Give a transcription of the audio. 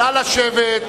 נא לשבת,